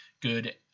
good